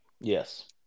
Yes